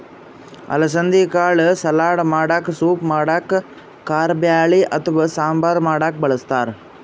ಅಲಸಂದಿ ಕಾಳ್ ಸಲಾಡ್ ಮಾಡಕ್ಕ ಸೂಪ್ ಮಾಡಕ್ಕ್ ಕಾರಬ್ಯಾಳಿ ಅಥವಾ ಸಾಂಬಾರ್ ಮಾಡಕ್ಕ್ ಬಳಸ್ತಾರ್